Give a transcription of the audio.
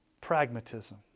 pragmatism